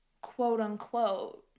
Quote-unquote